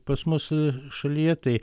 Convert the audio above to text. pas mus šalyje tai